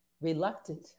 Reluctant